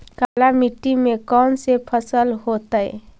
काला मिट्टी में कौन से फसल होतै?